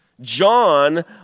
John